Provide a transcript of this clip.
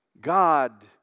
God